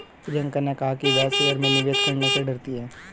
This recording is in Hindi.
प्रियंका ने कहा कि वह शेयर में निवेश करने से डरती है